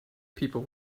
people